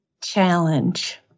challenge